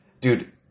Dude